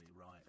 right